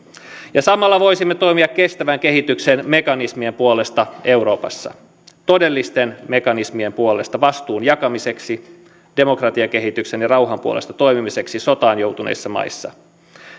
ja samalla voisimme toimia kestävän kehityksen mekanismien puolesta euroopassa todellisten mekanismien puolesta vastuun jakamiseksi demokratiakehityksen ja rauhan puolesta toimimiseksi sotaan joutuneissa maissa